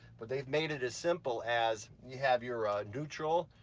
but they've made it as simple as you have your neutral,